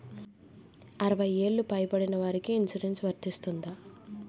అరవై ఏళ్లు పై పడిన వారికి ఇన్సురెన్స్ వర్తిస్తుందా?